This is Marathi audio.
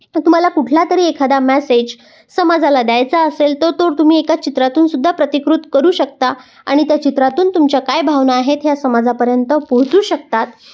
तर तुम्हाला कुठला तरी एखादा मॅसेज समाजाला द्यायचा असेल तो तर तुम्ही एका चित्रातून सुद्धा प्रतिकृत करू शकता आणि त्या चित्रातून तुमच्या काय भावना आहेत ह्या समाजापर्यंत पोहचू शकतात